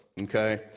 okay